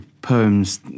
poems